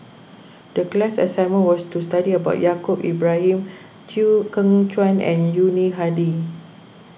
the class assignment was to study about Yaacob Ibrahim Chew Kheng Chuan and Yuni Hadi